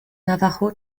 navajo